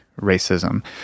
racism